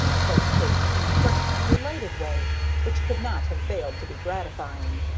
said kate in a frank, delighted way which could not have failed to be gratifying.